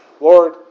Lord